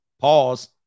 Pause